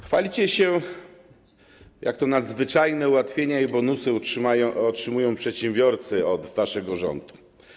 Chwalicie się, jakie to nadzwyczajne ułatwienia i bonusy otrzymują przedsiębiorcy od waszego rządu.